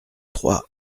trois